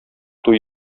туй